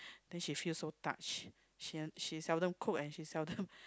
then she feel so touch she she seldom cook and she seldom